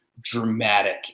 dramatic